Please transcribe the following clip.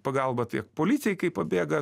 pagalbą tiek policijai kai pabėga